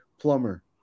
Plumber